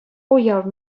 уяв